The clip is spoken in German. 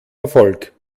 erfolg